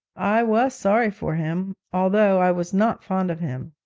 i was sorry for him, although i was not fond of him.